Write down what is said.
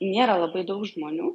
nėra labai daug žmonių